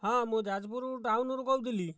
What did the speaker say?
ହଁ ମୁଁ ଯାଜପୁର ଟାଉନରୁ କହୁଥିଲି